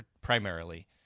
primarily